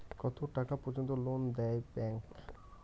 কত টাকা পর্যন্ত লোন দেয় ব্যাংক?